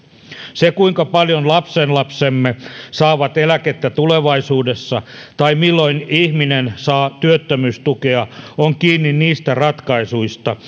se kuinka paljon lapsenlapsemme saavat eläkettä tulevaisuudessa tai milloin ihminen saa työttömyystukea on kiinni niistä ratkaisuista